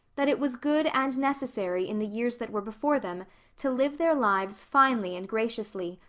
that it was good and necessary in the years that were before them to live their lives finely and graciously,